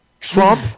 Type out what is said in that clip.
Trump